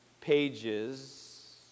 pages